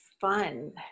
fun